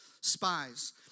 spies